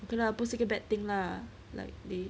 ok lah 不是个 bad thing lah like they